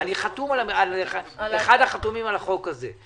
אני אחד החתומים על החוק הזה.